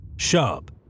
sharp